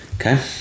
okay